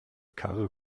karre